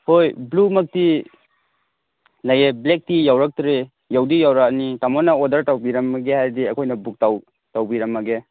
ꯍꯣꯏ ꯕ꯭ꯂꯨꯃꯛꯇꯤ ꯂꯩꯌꯦ ꯕ꯭ꯂꯦꯛꯇꯤ ꯌꯧꯔꯛꯇ꯭ꯔꯤ ꯌꯧꯗꯤ ꯌꯧꯔꯛꯂꯅꯤ ꯇꯥꯃꯣꯅ ꯑꯣꯗꯔ ꯇꯧꯕꯤꯔꯝꯂꯒꯦ ꯍꯥꯏꯔꯗꯤ ꯑꯩꯈꯣꯏꯅ ꯕꯨꯛ ꯇꯧꯕꯤꯔꯝꯂꯒꯦ